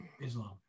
Islam